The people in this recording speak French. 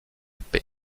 paix